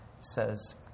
says